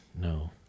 No